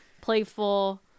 playful